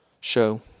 show